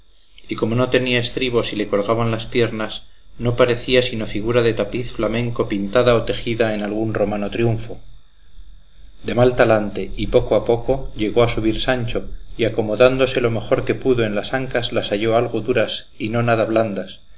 y como no tenía estribos y le colgaban las piernas no parecía sino figura de tapiz flamenco pintada o tejida en algún romano triunfo de mal talante y poco a poco llegó a subir sancho y acomodándose lo mejor que pudo en las ancas las halló algo duras y no nada blandas